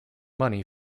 money